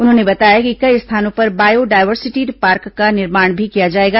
उन्होंने बताया कि कई स्थानों पर बायो डायवर्सिटी पार्क का भी निर्माण किया जाएगा